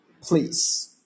please